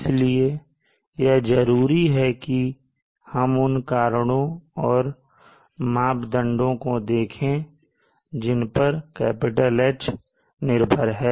इसलिए यह जरूरी है कि हम उन कारणों और मापदंडों को देखें जिन पर H निर्भर है